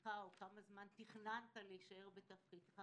בתפקידך או כמה זמן תכננת להישאר בתפקידך,